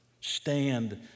stand